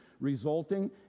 resulting